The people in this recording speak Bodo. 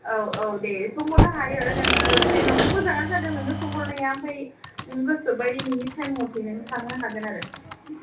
औ औ दे सोंहरनो हायो नोङो जेनबा मोजाङानो जादों नोङो सोंहरनाया ओमफ्राय नों गोसोबायदि नोंनि थाइम मथे नों थांनो हागोन आरो